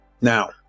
now